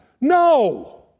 No